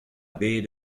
bet